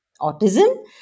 autism